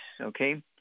Okay